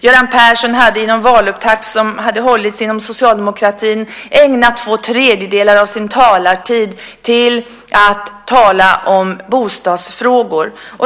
Göran Persson hade i en valupptakt inom socialdemokratin ägnat två tredjedelar av sin talartid åt att tala om bostadsfrågor.